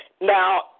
Now